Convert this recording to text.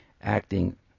acting